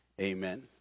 amen